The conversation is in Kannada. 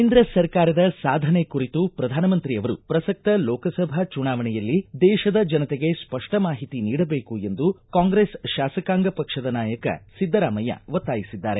ಕೇಂದ್ರ ಸರ್ಕಾರದ ಸಾಧನೆ ಕುರಿತು ಪ್ರಧಾನಮಂತ್ರಿ ಆವರು ಪ್ರಸಕ್ತ ಲೋಕಸಭಾ ಚುನಾವಣೆಯಲ್ಲಿ ದೇತದ ಜನತೆಗೆ ಸ್ವಪ್ನ ಮಾಹಿತಿ ನೀಡಬೇಕು ಎಂದು ಕಾಂಗ್ರೆಸ್ ಶಾಸಕಾಂಗ ಪಕ್ಷದ ನಾಯಕ ಸಿದ್ದರಾಮಯ್ಯ ಒತ್ತಾಯಿಸಿದ್ದಾರೆ